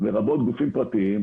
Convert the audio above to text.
לרבות גופים פרטיים,